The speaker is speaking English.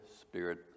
Spirit